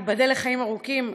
ייבדל לחיים ארוכים,